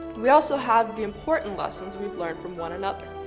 we also have the important lessons we've learned from one another.